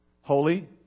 Holy